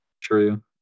True